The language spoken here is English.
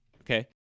Okay